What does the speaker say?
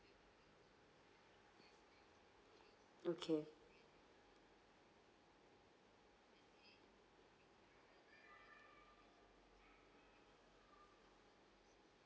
okay